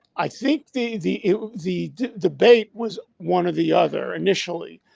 i think the the the debate was one or the other initially,